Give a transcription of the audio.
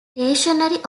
stationery